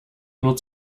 nur